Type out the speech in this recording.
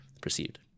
perceived